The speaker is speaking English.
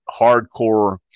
hardcore